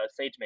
SageMaker